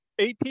AP